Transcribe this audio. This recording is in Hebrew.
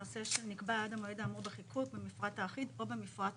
הנושא שנקבע עד המועד האמור בחיקוק במפרט האחיד או במפרט רשותי.